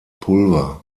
pulver